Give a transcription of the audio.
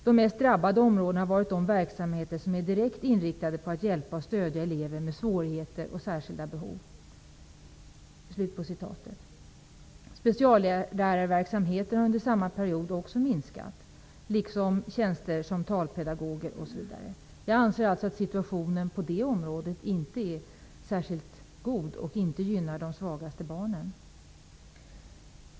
''De mest drabbade områdena har varit de verksamheter, som är direkt inriktade på att hjälpa och stödja elever med svårigheter och särskilda behov.'' Speciallärarverksamheten har också minskat under samma period, liksom tjänster som talpedagoger o.s.v. Jag anser alltså att situationen på det området inte är särskilt god och inte gynnar de svagaste barnen.